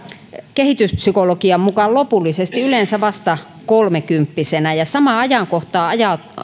kehityspsykologian mukaan lopullisesti yleensä vasta kolmekymppisenä ja samaan ajankohtaan